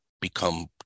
become